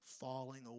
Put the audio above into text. falling